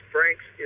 Frank's